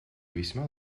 весьма